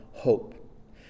hope